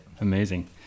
Amazing